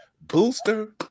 Booster